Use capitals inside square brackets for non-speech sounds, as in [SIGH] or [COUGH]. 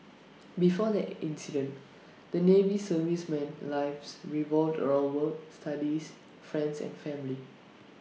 [NOISE] before the incident the navy serviceman's life revolved around work studies friends and family